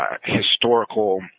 historical